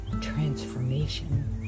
transformation